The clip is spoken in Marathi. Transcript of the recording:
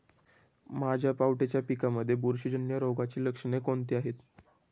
माझ्या पावट्याच्या पिकांमध्ये बुरशीजन्य रोगाची लक्षणे कोणती आहेत?